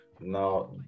now